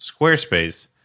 Squarespace